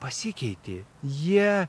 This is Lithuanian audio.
pasikeitė jie